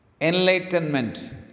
enlightenment